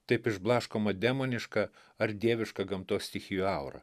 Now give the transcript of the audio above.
taip išblaškoma demoniška ar dieviška gamtos stichijų aura